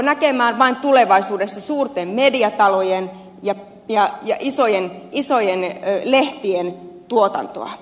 tullaanko tulevaisuudessa näkemään vain suurten mediatalojen ja isojen lehtien tuotantoa